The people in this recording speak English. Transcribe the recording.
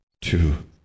two